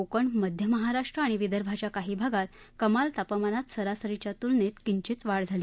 कोकण मध्य महाराष्ट्र आणि विदर्भाच्या काही भागात कमाल तापमानात सरसरीच्या तुलनेत किचिंत वाढ झाली